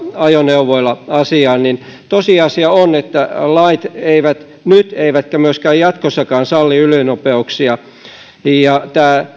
ajoneuvoilla asiaan tosiasia on että lait eivät nyt eivätkä myöskään jatkossa salli ylinopeuksia tämä